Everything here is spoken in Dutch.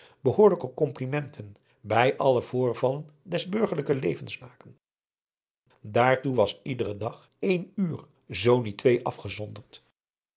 behoorlijke komplimenten bij alle voorvallen des burgerlijken levens maken daartoe was ieder dag één uur zoo niet twee afgezonderd